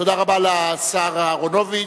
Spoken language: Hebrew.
תודה רבה לשר אהרונוביץ.